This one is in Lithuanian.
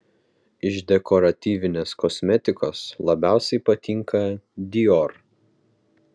iš dekoratyvinės kosmetikos labiausiai patinka dior